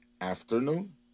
afternoon